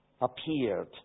appeared